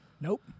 Nope